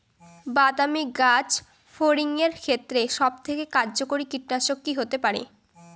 বাদামী গাছফড়িঙের ক্ষেত্রে সবথেকে কার্যকরী কীটনাশক কি হতে পারে?